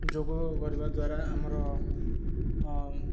ଯୋଗ କରିବା ଦ୍ୱାରା ଆମର